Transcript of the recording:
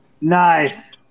Nice